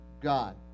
God